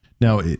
Now